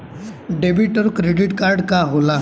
Debit और credit card का होला?